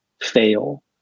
fail